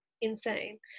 insane